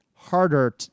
harder